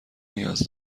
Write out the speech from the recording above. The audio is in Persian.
نیاز